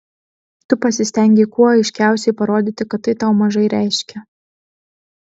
tu pasistengei kuo aiškiausiai parodyti kad tai tau mažai reiškia